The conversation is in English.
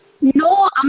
no